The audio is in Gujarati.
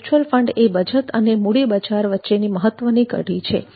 મ્યુચ્યુઅલ ફંડ એ બચત અને મૂડી બજાર વચ્ચેની મહત્ત્વની કડી છે